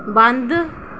बंद